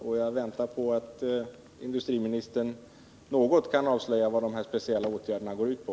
Jag väntar därför på att industriministern något kan avslöja vad de här speciella åtgärderna går ut på.